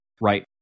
right